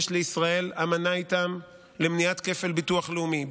יש לישראל אמנה איתן למניעת כפל ביטוח לאומי,